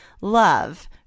Love